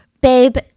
babe